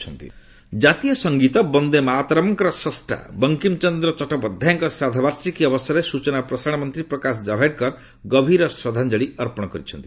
ଜାବଡେକର ଚଟ୍ଟୋପାଧ୍ୟାୟ ଜାତୀୟ ସଙ୍ଗୀତ ବନ୍ଦେ ମାତରମ୍ଙ୍କର ସ୍ରଷ୍ଟା ବଙ୍କିମଚନ୍ଦ୍ର ଚଟ୍ଟୋପାଧ୍ୟାୟଙ୍କ ଶ୍ରାଦ୍ଧବାର୍ଷିକୀ ଅବସରରେ ସୂଚନା ଓ ପ୍ରସାରଣ ମନ୍ତ୍ରୀ ପ୍ରକାଶ ଜାବଡେକର ଗଭୀର ଶ୍ରଦ୍ଧାଞ୍ଚଳି ଅର୍ପଣ କରିଛନ୍ତି